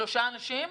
שלושה אנשים?